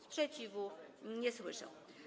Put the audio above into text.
Sprzeciwu nie słyszę.